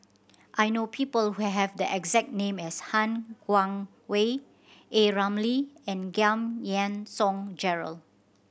I know people who have the exact name as Han Guangwei A Ramli and Giam Yean Song Gerald